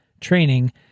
training